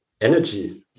energy